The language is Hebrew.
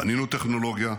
בנינו טכנולוגיה,